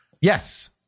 Yes